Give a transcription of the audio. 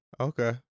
okay